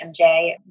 MJ